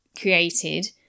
created